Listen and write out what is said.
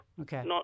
Okay